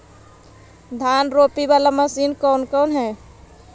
धान रोपी बाला मशिन कौन कौन है?